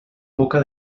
boca